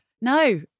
No